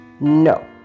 no